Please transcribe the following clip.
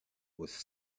was